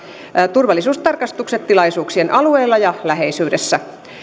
turvallisuustarkastukset tilaisuuksien alueella ja läheisyydessä